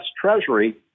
Treasury